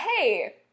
hey